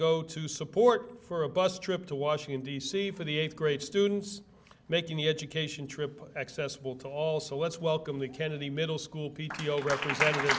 go to support for a bus trip to washington d c for the eighth grade students making the education trip accessible to also let's welcome the kennedy middle school